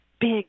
big